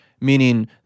meaning